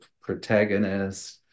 protagonist